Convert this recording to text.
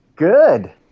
Good